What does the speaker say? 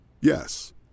Yes